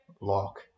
lock